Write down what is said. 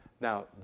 Now